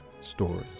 stories